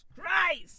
Christ